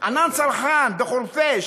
ענאן סרחאן בחורפיש,